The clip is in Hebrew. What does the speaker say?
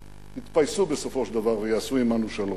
יתפייסו בסופו של דבר ויעשו עמנו שלום.